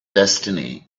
destiny